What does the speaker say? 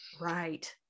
Right